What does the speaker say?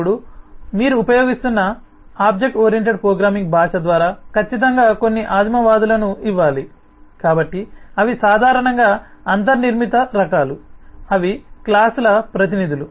ఇప్పుడు మీరు ఉపయోగిస్తున్న OOP భాష ద్వారా ఖచ్చితంగా కొన్ని ఆదిమవాదులను ఇవ్వాలి కాబట్టి అవి సాధారణంగా అంతర్నిర్మిత రకాలు అవి క్లాస్ ల ప్రతినిధులు